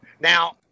Now